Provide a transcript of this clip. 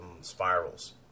spirals